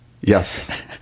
Yes